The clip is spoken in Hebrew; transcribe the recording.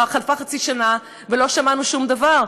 הרי חלפה חצי שנה ולא שמענו שום דבר.